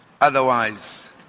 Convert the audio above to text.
otherwise